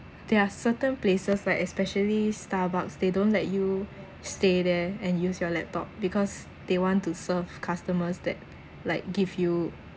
there are certain places like especially starbucks they don't let you stay there and use your laptop because they want to serve customers that like give you